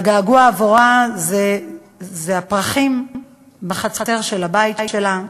שהגעגוע עבורה זה הפרחים בחצר של הבית שלה,